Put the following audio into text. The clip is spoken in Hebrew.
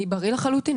אני בריא לחלוטין.